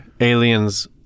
Aliens